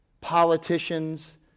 politicians